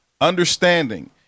understanding